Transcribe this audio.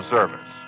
Service